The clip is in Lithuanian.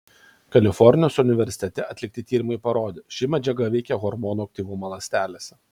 kalifornijos universitete atlikti tyrimai parodė ši medžiaga veikia hormonų aktyvumą ląstelėse